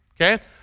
okay